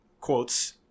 quotes